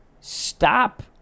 stop